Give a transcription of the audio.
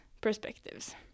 perspectives